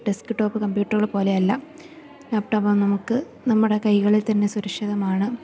desk top കമ്പ്യൂട്ടറുകള് പോലെയല്ല laptop നമുക്ക് നമ്മുടെ കൈകളിൽ തന്നെ സുരക്ഷിതമാണ്